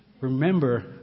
remember